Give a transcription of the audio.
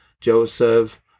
Joseph